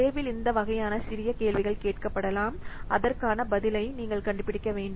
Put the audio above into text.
தேர்வில் இந்த வகையான சிறிய கேள்விகள் கேட்கப்படலாம் அதற்கான பதிலை நீங்கள் கண்டுபிடிக்க வேண்டும்